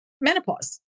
menopause